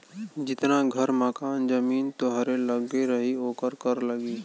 जितना घर मकान जमीन तोहरे लग्गे रही ओकर कर लगी